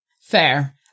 Fair